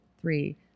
three